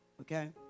okay